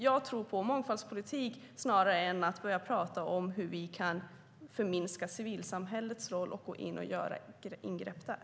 Jag tror på mångfaldspolitik snarare än på att prata om hur vi kan minska civilsamhällets roll och göra ingrepp där.